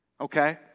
okay